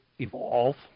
evolve